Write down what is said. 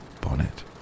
bonnet